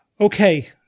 Okay